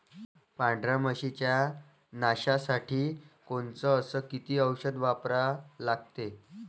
पांढऱ्या माशी च्या नाशा साठी कोनचं अस किती औषध वापरा लागते?